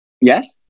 yes